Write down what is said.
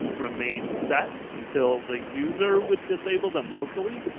remain set until the user would disable them locally,